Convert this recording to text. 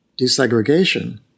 desegregation